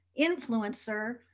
influencer